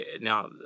now